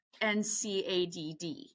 NCADD